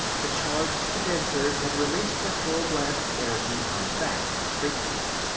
the charged condensers had released their full blasts of energy on that frequency.